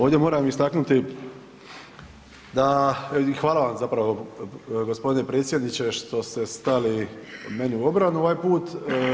Ovdje moram istaknuti da, i hvala vam zapravo g. predsjedniče što ste stali meni u obranu ovaj put.